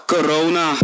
Corona